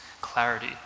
clarity